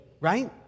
Right